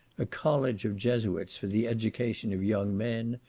a college of jesuits for the education of young men,